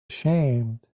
ashamed